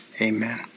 Amen